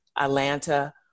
Atlanta